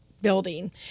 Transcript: building